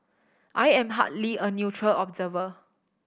I am hardly a neutral observer